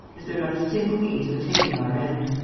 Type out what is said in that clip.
is there not a single means of attaining our end?